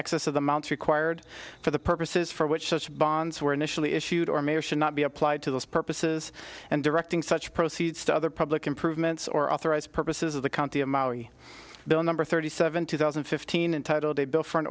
excess of the mounts required for the purposes for which such bonds were initially issued or mayor should not be applied to those purposes and directing such proceeds to other public improvements or authorized purposes of the county a maori bill number thirty seven two thousand and fifteen and titled a bill for an